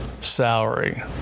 salary